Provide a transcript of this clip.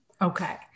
Okay